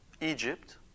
Egypt